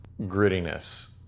grittiness